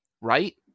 Right